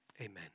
Amen